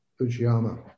Uchiyama